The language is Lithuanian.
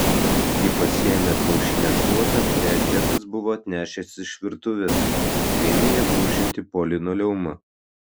ji pasiėmė plaušinę šluotą kurią džekas buvo atnešęs iš virtuvės ir ėmė ja brūžinti po linoleumą